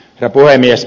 herra puhemies